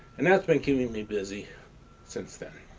and that's been keeping me busy since then.